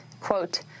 quote